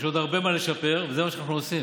יש עוד הרבה מה לשפר, וזה מה שאנחנו עושים.